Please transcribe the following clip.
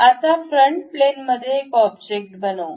आता front plane मध्ये एक ऑब्जेक्ट बनवू